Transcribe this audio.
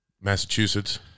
Massachusetts